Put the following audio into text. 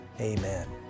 amen